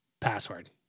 password